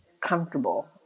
comfortable